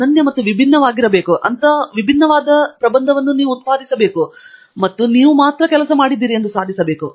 ಅನನ್ಯ ಮತ್ತು ವಿಭಿನ್ನವಾಗಿರುವದನ್ನು ಉತ್ಪಾದಿಸಲು ಮತ್ತು ನೀವು ಮಾತ್ರ ಕೆಲಸ ಮಾಡಿದ್ದೀರಿ ಎಂದು ಸಾಧಿಸಬೇಕು